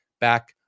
back